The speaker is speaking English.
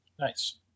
Nice